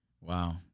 Wow